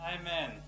Amen